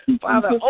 Father